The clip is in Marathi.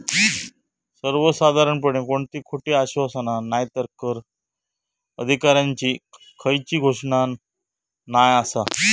सर्वसाधारणपणे कोणती खोटी आश्वासना नायतर कर अधिकाऱ्यांची खयली घोषणा नाय आसा